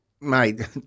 mate